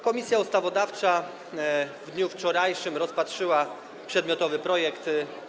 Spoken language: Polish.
Komisja Ustawodawcza w dniu wczorajszym rozpatrzyła przedmiotowy projekt.